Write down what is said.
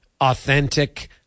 authentic